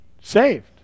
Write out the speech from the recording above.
saved